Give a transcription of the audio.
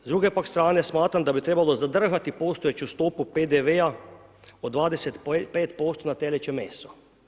S druge pak strane, smatram da bi trebalo zadržati postojeću stopu PDV-a od 25% na teleće meso.